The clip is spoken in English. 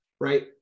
right